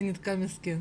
הקשר.